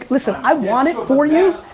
listen, i want it for you,